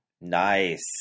nice